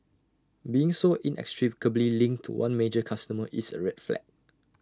being so inextricably linked to one major customer is A red flag